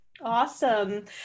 awesome